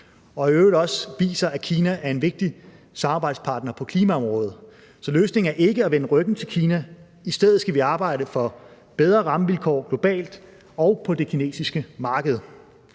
og i øvrigt også viser, at Kina er en vigtig samarbejdspartner på klimaområdet. Så løsningen er ikke at vende ryggen til Kina. I stedet skal vi arbejde for bedre rammevilkår globalt og på det kinesiske marked.